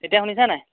এতিয়া শুনিছা নাই